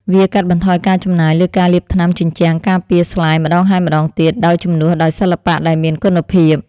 វាកាត់បន្ថយការចំណាយលើការលាបថ្នាំជញ្ជាំងការពារស្លែម្ដងហើយម្ដងទៀត ដោយជំនួសដោយសិល្បៈដែលមានគុណភាព។